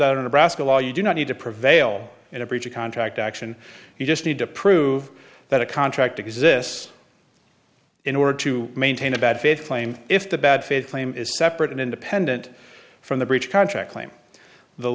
out of the basket all you do not need to prevail in a breach of contract action you just need to prove that a contract exists in order to maintain a bad faith claim if the bad faith claim is separate and independent from the breach of contract claim the